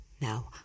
Now